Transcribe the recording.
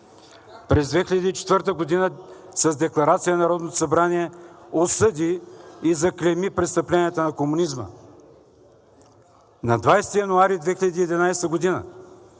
През 2004 г. с декларация Народното събрание осъди и заклейми престъпленията на комунизма. На 20 януари 2011 г.